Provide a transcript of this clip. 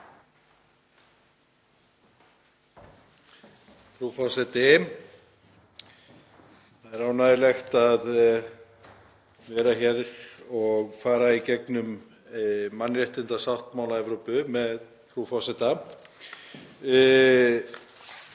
Frú forseti. Það er ánægjulegt að vera hér og fara í gegnum mannréttindasáttmála Evrópu með frú forseta.